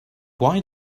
why